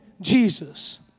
Jesus